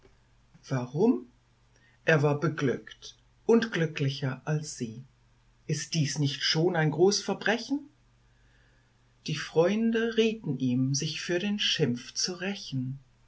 warum er war beglückt und glücklicher als sie ist dies nicht schon ein groß verbrechen die freunde rieten ihm sich für den schimpf zu rächen